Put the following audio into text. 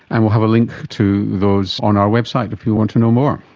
and we'll have a link to those on our website if you want to know more.